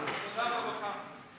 עבודה ורווחה.